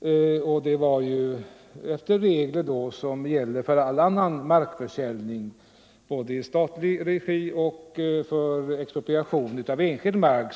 Försäljningen skedde enligt de regler som gällde för annan försäljning av statlig mark samt för expropriation av enskild mark.